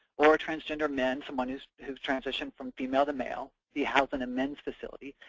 or transgender men someone who's who's transitioned from female to male be housed in a men's facility.